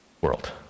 world